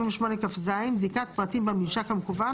בדיקת פרטים בממשק המקוון,